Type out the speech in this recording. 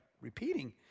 repeating